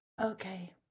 Okay